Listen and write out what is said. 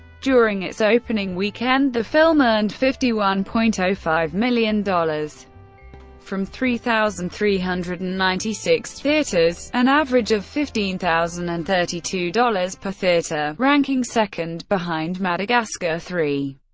during its opening weekend, the film earned fifty one point zero ah five million dollars from three thousand three hundred and ninety six theaters an average of fifteen thousand and thirty two dollars per theater ranking second behind madagascar three,